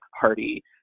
party